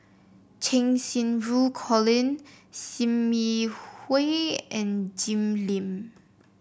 Cheng Xinru Colin Sim Yi Hui and Jim Lim